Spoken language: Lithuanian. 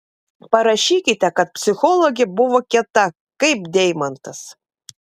parašykite kad psichologė buvo kieta kaip deimantas